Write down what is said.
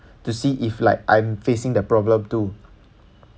to see if like I'm facing the problem too